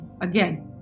again